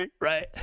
right